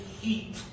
heat